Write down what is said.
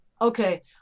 Okay